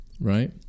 Right